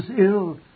ill